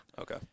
okay